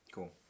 Cool